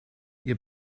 ihr